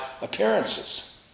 appearances